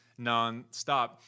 nonstop